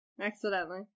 Accidentally